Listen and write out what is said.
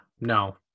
No